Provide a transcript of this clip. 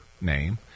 name